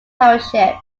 township